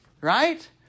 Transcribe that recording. Right